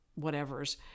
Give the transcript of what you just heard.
whatevers